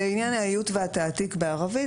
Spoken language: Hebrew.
שלעניין האיות והתעתיק בערבית,